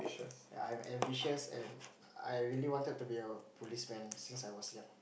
yea I'm ambitious and I really wanted to be a policeman since I was young